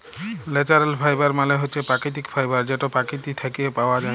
ল্যাচারেল ফাইবার মালে হছে পাকিতিক ফাইবার যেট পকিতি থ্যাইকে পাউয়া যায়